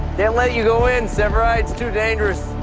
yeah let you go in, severide. it's too dangerous.